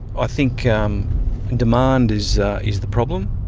i think demand is is the problem.